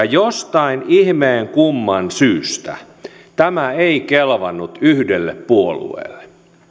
jostain ihmeen kumman syystä tämä ei kelvannut yhdelle puolueelle